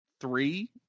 three